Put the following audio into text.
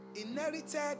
inherited